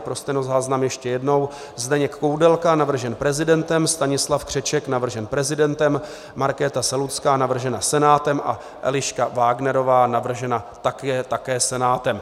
Pro stenozáznam ještě jednou: Zdeněk Koudelka, navržen prezidentem, Stanislav Křeček, navržen prezidentem, Markéta Selucká, navržena Senátem, a Eliška Wagnerová, navržena také Senátem.